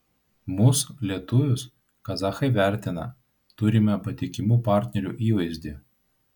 mus lietuvius kazachai vertina turime patikimų partnerių įvaizdį